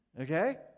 okay